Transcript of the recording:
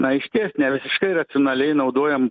na išties nevisiškai racionaliai naudojam